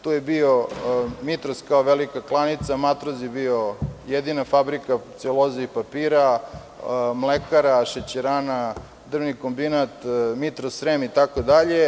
Tu je bio „Mitros“ kao velika klanica, „Matroz“ je bio jedina fabrika celuloze i papira, mlekara, šećerana, drvni kombinat „Mitrosrem“ itd.